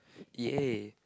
ya